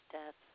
death